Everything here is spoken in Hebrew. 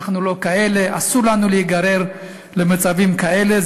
אנחנו לא כאלה, אסור לנו להיגרר למצבים כאלה.